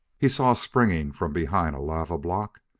he saw, springing from behind a lava block,